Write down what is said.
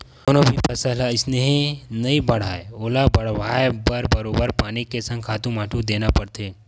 कोनो भी फसल ह अइसने ही नइ बाड़हय ओला बड़हाय बर बरोबर पानी के संग खातू माटी देना परथे